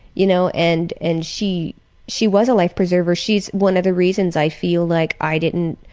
you know, and and she she was a life preserver. she's one of the reasons i feel like i didn't